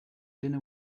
dinner